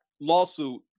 lawsuit